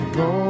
go